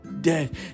dead